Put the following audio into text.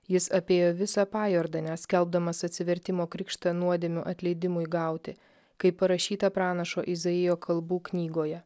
jis apėjo visą pajordanę skelbdamas atsivertimo krikštą nuodėmių atleidimui gauti kaip parašyta pranašo izaijo kalbų knygoje